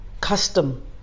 custom